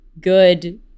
good